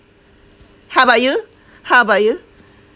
how about you how about you